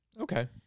Okay